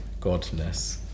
godness